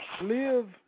live